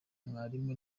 mwarimu